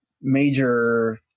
major